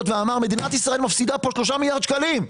ואומר: מדינת ישראל מפסידה פה 3 מיליארד שקלים.